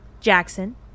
Jackson